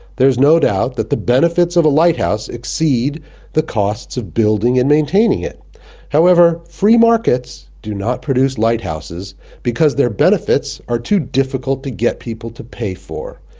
there is no doubt that the benefits of a lighthouse exceed the costs of building and maintaining it however, free markets do not produce lighthouses because the benefits are too difficult to get people to pay for.